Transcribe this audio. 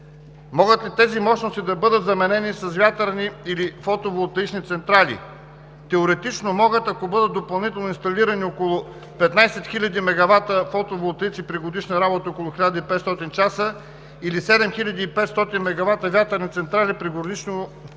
Могат ли тези мощности да бъдат заменени с вятърни или с фотоволтаични централи? Теоретично могат, ако бъдат допълнително инсталирани около 15 хиляди мегавата фотоволтаици при годишна работа около 1500 часа или 7500 мегавата вятърни централи при годишно